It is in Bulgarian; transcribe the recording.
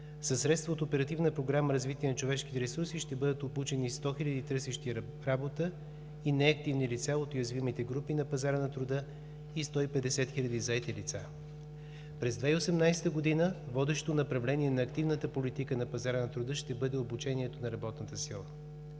ресурси“ ще бъдат обучени 100 хиляди търсещи работа и неактивни лица от уязвимите групи на пазара на труда и 150 хиляди заети лица. През 2018 г. водещо направление на активната политика на пазара на труда ще бъде обучението на работната сила.